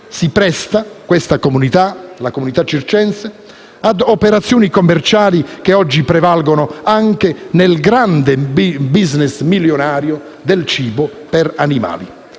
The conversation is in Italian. né questa comunità si presta a operazioni commerciali che oggi prevalgono anche nel grande *business* milionario del cibo per animali.